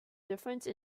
difference